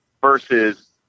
versus